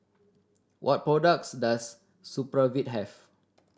what products does Supravit have